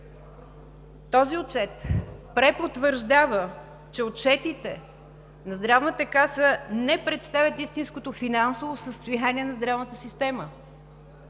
Този отчет препотвърждава, че отчетите на Здравната каса не представят истинското финансово състояние на здравната система.